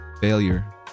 failure